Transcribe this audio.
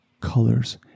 colors